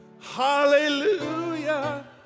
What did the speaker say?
Hallelujah